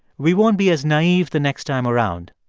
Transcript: we won't be as naive the next time around.